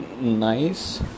nice